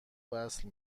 وصل